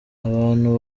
abantu